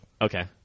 okay